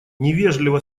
невежливо